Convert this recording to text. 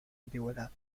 antigüedad